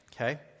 okay